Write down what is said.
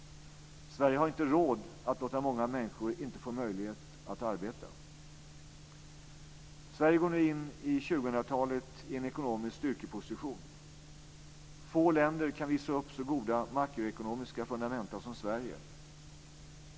Sverige har inte råd att låta många människor inte få möjlighet att arbeta. Sverige går nu in i 2000-talet i en ekonomisk styrkeposition. Få länder kan visa upp så goda makroekonomiska fundamenta som Sverige.